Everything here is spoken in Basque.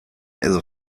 edo